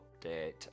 update